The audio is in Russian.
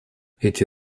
эти